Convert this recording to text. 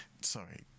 Sorry